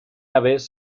aves